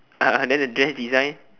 then the dress design